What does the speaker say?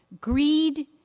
greed